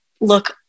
look